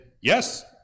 yes